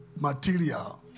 material